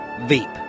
Veep